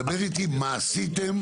דבר איתי מה עשיתם,